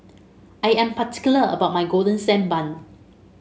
I am particular about my Golden Sand Bun